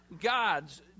God's